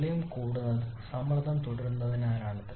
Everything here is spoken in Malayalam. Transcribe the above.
വോളിയം കൂടുന്നത് സമ്മർദ്ദം തുടരുന്നതിനാലാണിത്